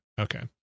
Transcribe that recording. Okay